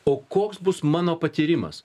o koks bus mano patyrimas